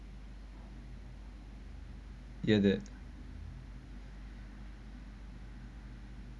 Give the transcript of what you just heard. எது:ethu